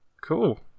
Cool